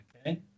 okay